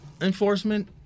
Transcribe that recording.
enforcement